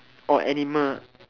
or animal